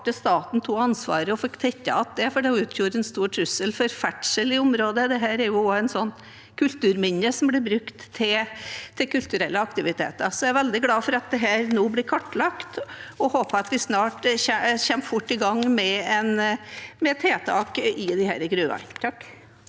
staten tok ansvaret og fikk tettet det igjen, for det utgjorde en stor trussel mot ferdsel i området. Dette er også et kulturminne som blir brukt til kulturelle aktiviteter. Jeg er altså veldig glad for at dette nå blir kartlagt, og jeg håper at vi kommer fort i gang med tiltak i disse gruvene.